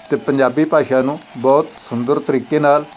ਅਤੇ ਪੰਜਾਬੀ ਭਾਸ਼ਾ ਨੂੰ ਬਹੁਤ ਸੁੰਦਰ ਤਰੀਕੇ ਨਾਲ